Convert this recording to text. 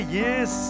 yes